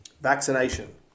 Vaccination